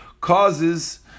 causes